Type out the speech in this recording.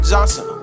Johnson